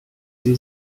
sie